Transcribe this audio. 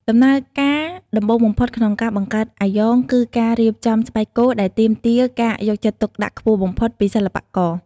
ដំណើរការដំបូងបំផុតក្នុងការបង្កើតអាយ៉ងគឺការរៀបចំស្បែកគោដែលទាមទារការយកចិត្តទុកដាក់ខ្ពស់បំផុតពីសិល្បករ។